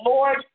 Lord